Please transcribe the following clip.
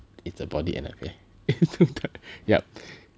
it's the body an affair yup